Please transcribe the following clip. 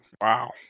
Wow